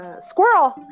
Squirrel